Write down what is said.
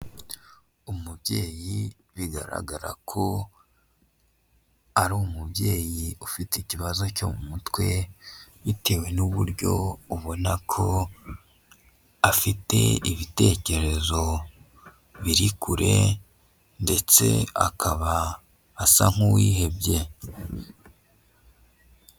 Umubyeyi bigaragara ko ari umubyeyi ufite ikibazo cyo mu mutwe, bitewe n'uburyo ubona ko afite ibitekerezo biri kure, ndetse akaba asa nk'uwihebye.